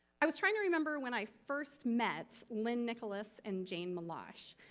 i was trying to remember when i first met lynn nicholas and jane milosch.